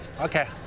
Okay